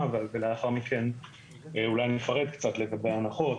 ולאחר מכן אולי אני אפרט קצת לגבי ההנחות,